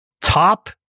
top